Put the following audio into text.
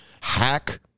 hack